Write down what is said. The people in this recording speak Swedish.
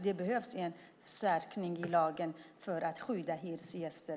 Det behövs en förstärkning av lagen för att skydda hyresgäster.